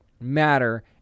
matter